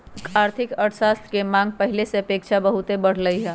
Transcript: आर्थिक अर्थशास्त्र के मांग पहिले के अपेक्षा बहुते बढ़लइ ह